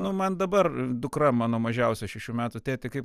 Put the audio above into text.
nu man dabar dukra mano mažiausia šešių metų tėti kaip